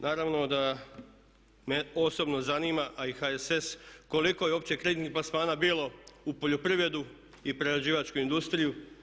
Naravno da me osobno zanima, a i HSS, koliko je uopće kreditnih plasmana bilo u poljoprivredu i prerađivačku industriju?